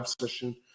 session